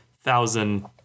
thousand